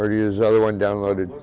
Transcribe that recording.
or his other one downloaded